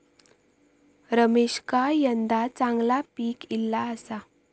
रमेशका यंदा चांगला पीक ईला आसा